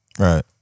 Right